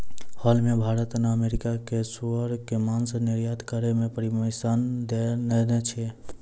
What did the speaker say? हाल मॅ भारत न अमेरिका कॅ सूअर के मांस निर्यात करै के परमिशन दै देने छै